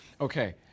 Okay